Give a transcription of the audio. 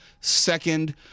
Second